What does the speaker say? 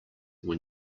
when